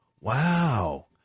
Wow